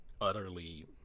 utterly